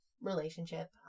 relationship